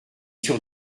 sur